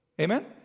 Amen